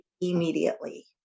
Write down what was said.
immediately